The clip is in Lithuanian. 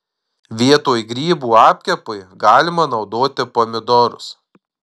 vietoj grybų apkepui galima naudoti pomidorus